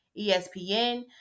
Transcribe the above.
ESPN